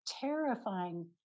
terrifying